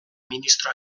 ministro